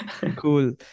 Cool